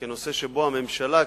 כנושא שבו הממשלה,